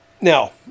now